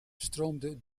stroomde